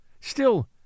Still